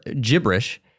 gibberish